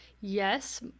yes